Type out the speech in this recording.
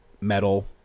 metal